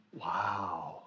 wow